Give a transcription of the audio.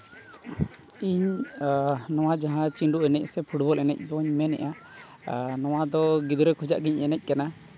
ᱤᱧ ᱱᱚᱣᱟ ᱡᱟᱦᱟᱸ ᱪᱤᱸᱰᱩ ᱮᱱᱮᱡ ᱥᱮ ᱯᱷᱩᱴᱵᱚᱞ ᱮᱱᱮᱡ ᱵᱚᱱ ᱢᱮᱱᱮᱫᱼᱟ ᱱᱚᱣᱟᱫᱚ ᱜᱤᱫᱽᱨᱟᱹ ᱠᱷᱚᱱᱟᱜ ᱜᱤᱧ ᱮᱱᱮᱡ ᱠᱟᱱᱟ